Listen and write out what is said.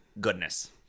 goodness